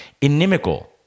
inimical